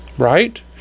Right